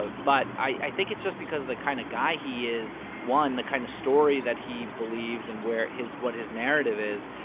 ah but i think it's just because of the kind of guy he is one, the kind of story that he believes and where his what his narrative is.